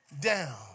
down